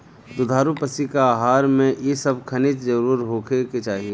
दुधारू पशु के आहार में इ सब खनिज जरुर होखे के चाही